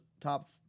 top